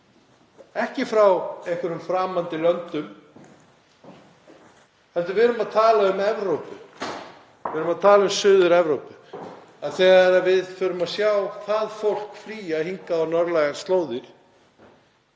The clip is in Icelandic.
ekki frá framandi löndum heldur erum við að tala um Evrópu. Við erum að tala um Suður-Evrópu. Þegar við förum að sjá það fólk flýja hingað á norðlægar slóðir